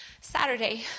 Saturday